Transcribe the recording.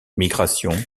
migration